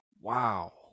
wow